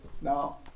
Now